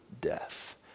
death